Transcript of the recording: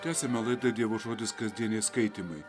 tęsiame laidą dievo žodis kasdieniai skaitymai